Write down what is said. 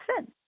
sin